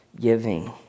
giving